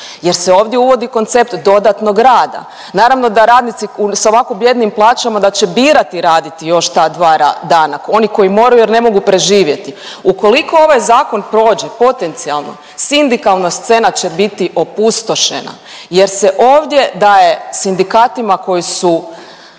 jer se ovdje uvodi koncept dodatnog rada. Naravno da radnici sa ovako bijednim plaćama da će birati raditi još ta dva dana, oni koji moraju jer ne mogu preživjeti. Ukoliko ovaj zakon prođe potencijalno sindikalna scena će biti opustošena jer se ovdje daje sindikatima koji su